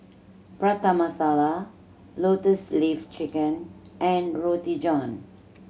Prata Masala Lotus Leaf Chicken and Roti John